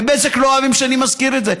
בבזק לא אוהבים שאני מזכיר את זה.